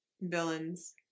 villains